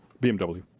BMW